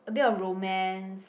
a bit of romance